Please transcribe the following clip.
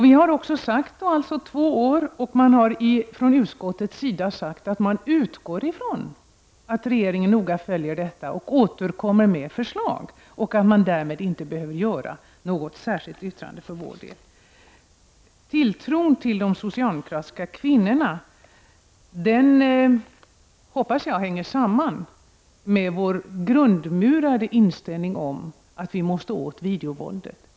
Vi har då sagt att vi är villiga att ge en frist på två år, och utskottet utgår ifrån att regeringen noga följer utvecklingen och återkommer med förslag och att det därför inte behöver göras något särskilt uttalande från riksdagen. Tilltron till de socialdemokratiska kvinnorna hoppas jag hänger samman med vår grundmurade inställning att det är nödvändigt att komma åt videovåldet.